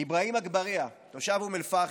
אבראהים אגבאריה, תושב אום אל-פחם,